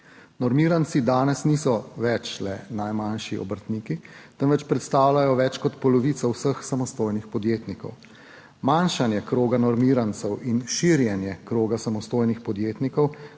Normiranci danes niso več le najmanjši obrtniki, temveč predstavljajo več kot polovico vseh samostojnih podjetnikov. Manjšanje kroga normirancev in širjenje kroga samostojnih podjetnikov,